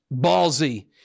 ballsy